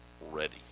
ready